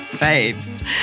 babes